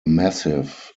massif